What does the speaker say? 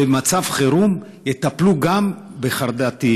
ובמצב חירום יטפלו גם בחרדתיים.